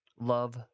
love